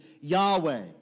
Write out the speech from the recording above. Yahweh